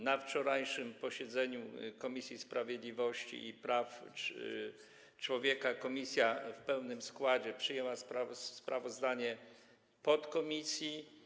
Na wczorajszym posiedzeniu Komisja Sprawiedliwości i Praw Człowieka w pełnym składzie przyjęła sprawozdanie podkomisji.